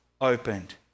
opened